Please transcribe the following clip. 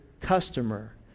customer